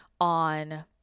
on